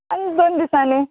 आनी दोन दिसांनी